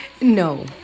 no